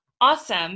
Awesome